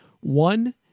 One